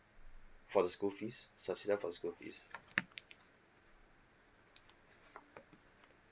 for the school fees subsidise for school fees